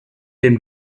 dem